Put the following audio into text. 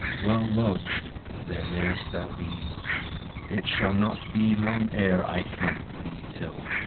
well lodged there mayst thou be it shall not be long ere i come thee till,